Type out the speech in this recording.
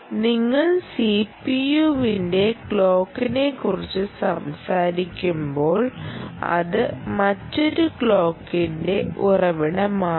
നിങ്ങൾ സിപിയുവിന്റെ ക്ലോക്കിനെക്കുറിച്ച് സംസാരിക്കുമ്പോൾ അത് മറ്റൊരു ക്ലോക്കിന്റെ ഉറവിടമാകും